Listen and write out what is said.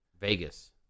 Vegas